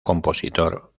compositor